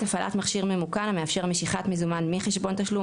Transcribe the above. - הפעלת מכשיר ממוכן המאפשר משיכת מזומן מחשבון תשלום